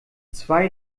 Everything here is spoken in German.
zwei